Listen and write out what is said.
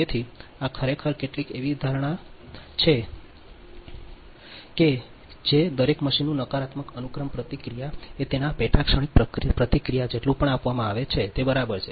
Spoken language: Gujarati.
તેથી આ ખરેખર કેટલીક એવી ધારણા છે કે ધારે છે કે દરેક મશીનનું નકારાત્મક અનુક્રમ પ્રતિક્રિયા એ તેના પેટા ક્ષણિક પ્રતિક્રિયા જેટલું પણ આપવામાં આવે છે તે બરાબર છે